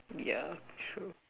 yeah true